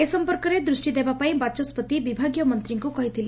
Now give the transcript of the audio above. ଏ ସମ୍ପର୍କରେ ଦୃଷ୍ଟି ଦେବାପାଇଁ ବାଚସ୍ବତି ବିଭାଗୀୟ ମନ୍ତୀଙ୍କୁ କହିଥିଲେ